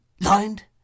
Lined